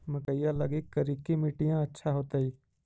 मकईया लगी करिकी मिट्टियां अच्छा होतई